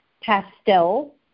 pastel